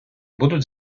будуть